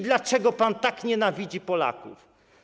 Dlaczego pan tak nienawidzi Polaków?